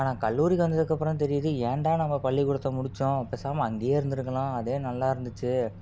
ஆனால் கல்லூரிக்கு வந்ததுக்கப்புறம் தெரியது ஏன்டா நம்ப பள்ளிக்கூடத்தை முடித்தோம் பேசாமல் அங்கேயே இருந்துருக்கலாம் அதே நல்லா இருந்துச்சு